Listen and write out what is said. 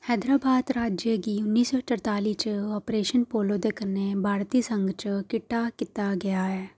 हैदराबाद राज्य गी उन्नी सौ चरताली च ऑपरेशन पोलो दे कन्नै भारती संघ च किट्ठा कीता गेआ ऐ